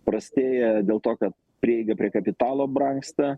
prastėja dėl to kad prieiga prie kapitalo brangsta